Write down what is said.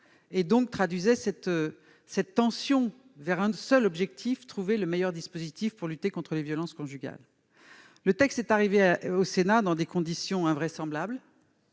tout de même ... -pour tendre vers un seul objectif : trouver le meilleur dispositif pour lutter contre les violences conjugales. Ce texte est arrivé au Sénat dans des conditions invraisemblables.